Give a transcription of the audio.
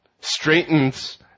straightens